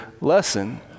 lesson